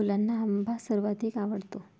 मुलांना आंबा सर्वाधिक आवडतो